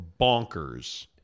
bonkers